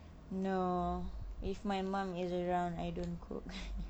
no if my mum is around I don't cook